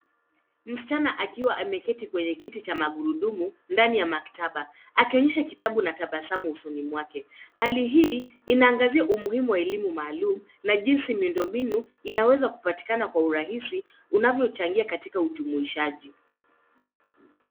Msichana akiwa ameketi kwenye kiti cha magurudumu ndani ya maktaba, akionyesha kitabu na tabasamu usoni mwake. Hali hii inaangazia umuhimu wa elimu maalum na jinsi miundombinu inaweza kupatikana kwa urahisi unavyochangia katika ujumuishaji.